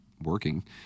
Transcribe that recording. working